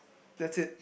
that's it